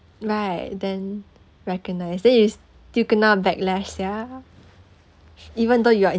right then recognize then you still kena backlash sia even though you are